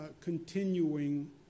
continuing